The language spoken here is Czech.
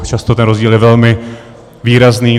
Často ten rozdíl je velmi výrazný.